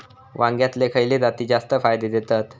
वांग्यातले खयले जाती जास्त फायदो देतत?